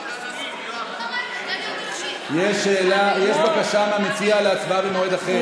יש בקשה מהמציע להצבעה במועד אחר.